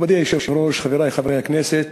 מכובדי היושב-ראש, חברי חברי הכנסת,